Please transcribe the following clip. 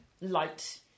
light